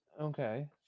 Okay